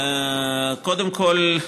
קודם כול,